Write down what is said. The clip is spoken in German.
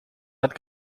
hat